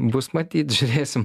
bus matyt žiūrėsim